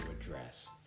address